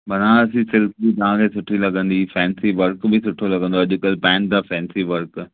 Banarasi silk बि तव्हांखे सुठी लगंदी फैंसी वर्क बि सुठो लगंदो अॼुकल्ह पाइनि था फैंसी वर्क